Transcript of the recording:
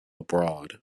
abroad